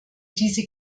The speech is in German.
diese